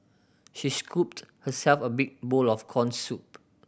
she scooped herself a big bowl of corn soup